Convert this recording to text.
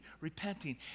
repenting